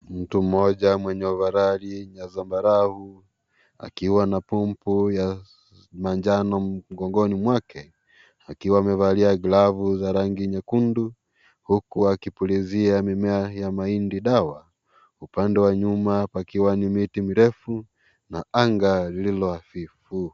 Mtu mmoja mwenye ovaroli ya zambarau, akiwa na pumpu ya manjano mgongoni mwake akiwa amevalia glabu za rangi nyekundu huku akipulizia mimea ya mahindi dawa. Upande wa nyuma pakiwa ni miti mirefu na aga lililo afifu.